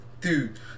dude